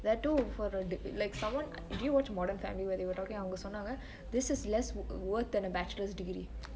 where to like someone do you watch modern family where they were talking அவங்க சொன்னாங்க:avungge sonnange this is less worth than a bachelor's degree